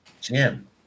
Jim